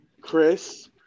Chris